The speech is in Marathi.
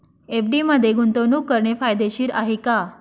एफ.डी मध्ये गुंतवणूक करणे फायदेशीर आहे का?